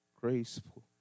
graceful